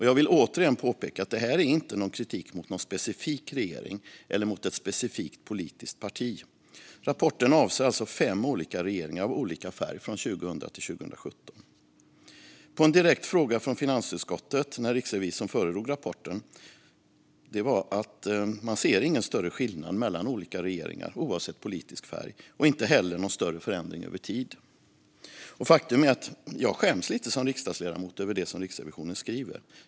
Jag vill återigen påpeka att det här inte är någon kritik mot någon specifik regering eller mot ett specifikt politiskt parti. Rapporten avser alltså fem olika regeringar av olika färg från 2000 till 2017. På en direkt fråga från finansutskottet när Riksrevisorn föredrog rapporten svarar man att man inte ser någon större skillnad mellan olika regeringar, oavsett politisk färg, och inte heller någon större förändring över tid. Faktum är att jag som riksdagsledamot skäms lite grann över det som Riksrevisionen skriver.